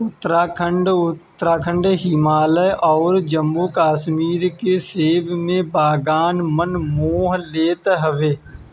उत्तराखंड, हिमाचल अउरी जम्मू कश्मीर के सेब के बगान मन मोह लेत हवे